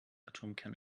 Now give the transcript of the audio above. atomkerne